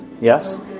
Yes